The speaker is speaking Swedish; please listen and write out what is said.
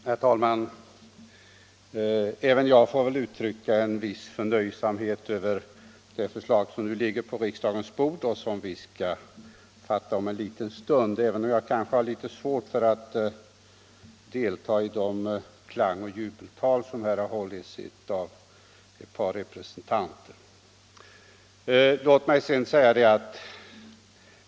Herr talman! Även jag får väl uttrycka en viss förnöjsamhet över det förslag som nu ligger på riksdagens bord och som vi om en stund skall fatta beslut om. Men jag har kanske litet svårt för att delta i de klangoch jubeltal som här har hållits av ett par talesmän för förslaget.